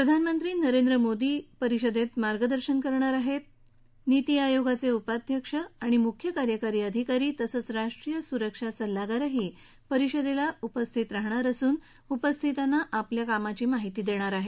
प्रधानमंत्री नरस्त्रि मोदी दक्षील मार्गदर्शन करणार आहर्त नीति आयोगाच उपाध्यक्ष आणि मुख्य कार्यकारी अधिकारी तसंच राष्ट्रीय सुरक्षा सल्लागारही या परिषदत्ती उपस्थित राहणार असून त उपस्थितांना आपापल्या कामाची माहिती दर्तील